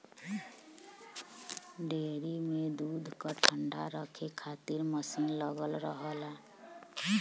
dairy में दूध क ठण्डा रखे खातिर मसीन लगल रहला